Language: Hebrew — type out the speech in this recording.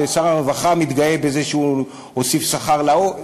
ושר הרווחה מתגאה בזה שהוא הוסיף שכר להוא,